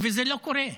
וזה לא קורה,